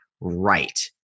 right